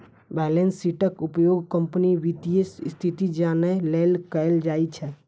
balance शीटक उपयोग कंपनीक वित्तीय स्थिति जानै लेल कैल जाइ छै